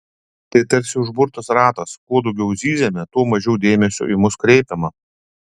tai tarsi užburtas ratas kuo daugiau zyziame tuo mažiau dėmesio į mus kreipiama